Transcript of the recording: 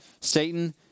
Satan